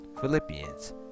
Philippians